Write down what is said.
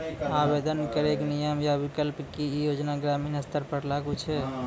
आवेदन करैक नियम आ विकल्प? की ई योजना ग्रामीण स्तर पर लागू छै?